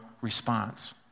response